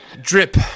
Drip